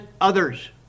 others